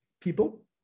people